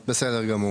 בסדר גמור.